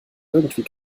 irgendwie